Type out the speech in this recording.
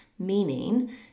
Meaning